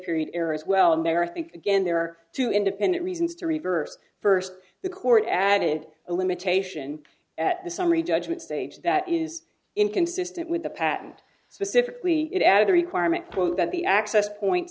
error as well america think again there are two independent reasons to reverse first the court added a limitation at the summary judgment stage that is inconsistent with the patent specifically it out of the requirement quo that the access point